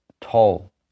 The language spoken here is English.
tall